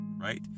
Right